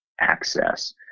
access